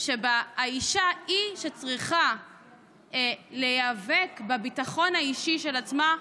שבה האישה היא שצריכה להיאבק למען הביטחון האישי של עצמה,